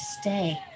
stay